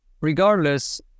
regardless